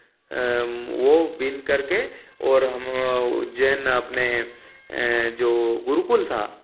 वह बीन करके और हम उज्जैन अपने जो गुरुकुल था